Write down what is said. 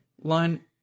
line